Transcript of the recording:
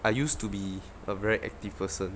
I used to be a very active person